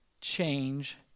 change